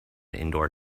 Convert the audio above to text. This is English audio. indoor